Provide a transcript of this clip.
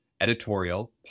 editorial